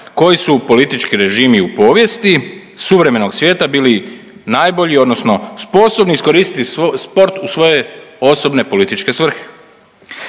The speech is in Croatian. koji su politički režimi u povijesti suvremenog svijeta bili najbolji odnosno sposobni iskoristiti sport u svoje osobne političke svrhe.